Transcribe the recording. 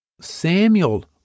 Samuel